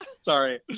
Sorry